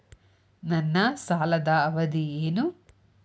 ನನ್ನ ಸಾಲದ ಅವಧಿ ಏನು?